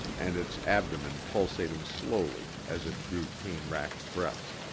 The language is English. and its abdomen pulsating slowly as it drew pain-racked breaths.